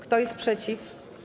Kto jest przeciw?